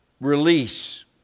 release